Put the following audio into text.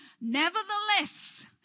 Nevertheless